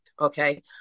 okay